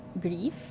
grief